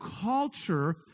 culture